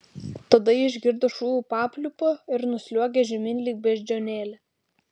tada ji išgirdo šūvių papliūpą ir nusliuogė žemyn lyg beždžionėlė